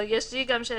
אבל יש גם לי שאלה.